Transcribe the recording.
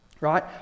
right